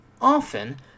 often